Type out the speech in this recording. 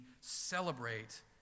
celebrate